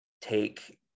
take